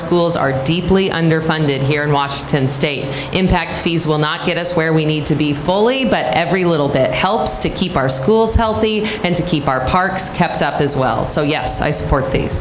schools are deeply underfunded here in washington state impact fees will not get us where we need to be fully but every little bit helps to keep our schools healthy and to keep our parks kept up as well so yes i support the